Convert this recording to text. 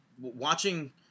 watching